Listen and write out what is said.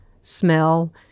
smell